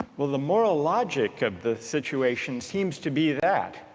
well the moral logic of the situation seems to be that.